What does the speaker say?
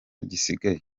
gisigaye